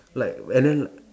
like and then